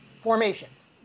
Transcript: formations